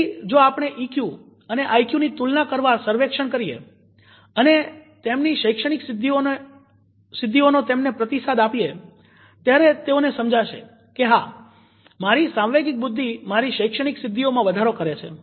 તેથી જો આપણે ઈક્યુ અને આઈક્યુ ની તુલના કરવા સર્વેક્ષણ કરીએ અને તેમની શૈક્ષણિક સિદ્ધિઓનો તેમને પ્રતિસાદ આપીએ ત્યારે તેઓને સમજાશે કે હા મારી સાંવેગિક બુદ્ધિ મારી શૈક્ષણિક સિદ્ધિઓમાં વધારો કરે છે